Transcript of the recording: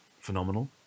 phenomenal